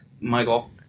Michael